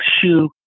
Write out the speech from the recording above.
shoe